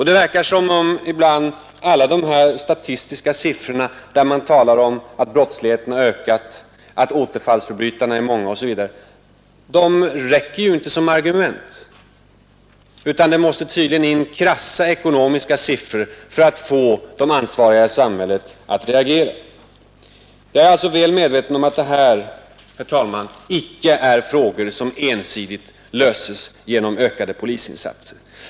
Det verkar ibland som om alla dessa statistiska siffror, där det talas om att brottsligheten har ökat, att återfallsförbrytarna är många osv., inte räcker som argument, utan det måste tydligen in krassa ekonomiska siffror för att få de ansvariga i samhället att reagera. Jag är alltså, herr talman, väl medveten om att det här icke är frågor som ensidigt löses genom ökade polisinsatser.